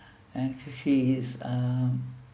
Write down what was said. and she is a